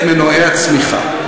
את מנועי הצמיחה,